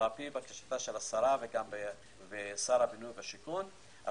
לפי בקשת השרה ושר הבינוי והשיכון,